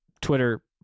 Twitter